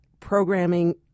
Programming